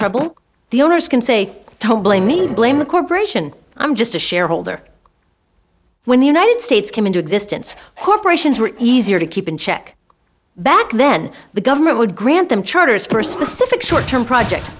trouble the owners can say don't blame me blame the corporation i'm just a shareholder when the united states came into existence corporations were easier to keep in check back then the government would grant them charters p